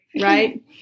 Right